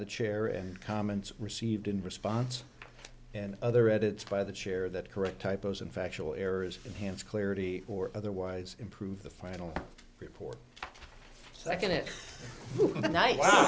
the chair and comments received in response and other edits by the chair that correct typos and factual errors enhanced clarity or otherwise improve the final report second it